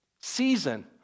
season